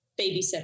babysitter